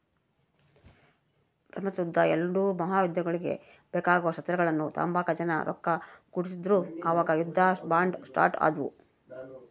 ಪ್ರಪಂಚುದ್ ಎಲ್ಡೂ ಮಹಾಯುದ್ದಗುಳ್ಗೆ ಬೇಕಾಗೋ ಶಸ್ತ್ರಗಳ್ನ ತಾಂಬಕ ಜನ ರೊಕ್ಕ ಕೊಡ್ತಿದ್ರು ಅವಾಗ ಯುದ್ಧ ಬಾಂಡ್ ಸ್ಟಾರ್ಟ್ ಆದ್ವು